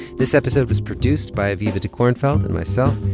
this episode was produced by aviva dekornfeld and myself,